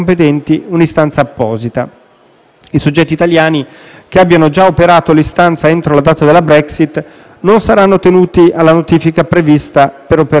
I soggetti italiani che abbiano già operato l'istanza entro la data della Brexit non saranno tenuti alla notifica prevista per operare nel periodo transitorio.